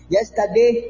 Yesterday